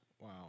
Wow